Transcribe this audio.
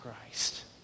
Christ